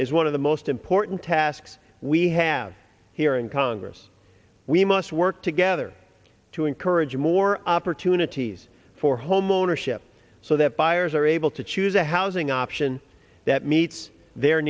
is one of the most important tasks we have here in congress we must work together to encourage more opportunities for homeownership so that buyers are able to choose a housing option that meets